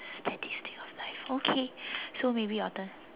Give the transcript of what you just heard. statistic of life okay so maybe your turn